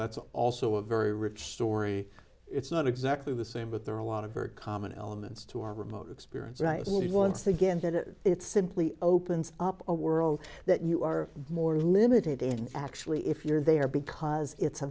that's also a very rich story it's not exactly the same but there are a lot of very common elements to our remote experience and once again that it simply opens up a world that you are more limited in actually if you're there because it's a